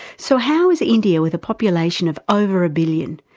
so how is india, with a population of over a billion,